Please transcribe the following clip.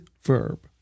verb